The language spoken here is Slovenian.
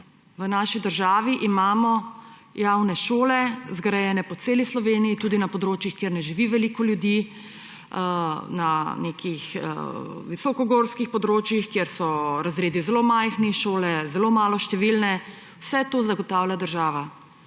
V naši državi imamo javne šole, zgrajene po celi Sloveniji, tudi na področjih, kjer ne živi veliko ljudi, na nekih visokogorskih področjih, kjer so razredi zelo majhni, šole zelo maloštevilne. Vse to zagotavlja država.